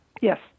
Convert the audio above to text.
Yes